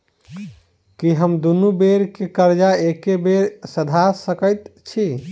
की हम दुनू बेर केँ कर्जा एके बेर सधा सकैत छी?